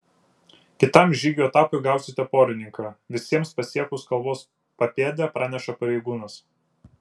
kitam žygių etapui gausite porininką visiems pasiekus kalvos papėdę praneša pareigūnas